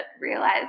realize